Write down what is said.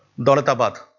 daulatabad.